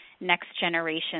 next-generation